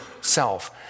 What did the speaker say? self